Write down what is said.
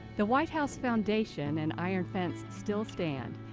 the white house foundation and iron fence still stand.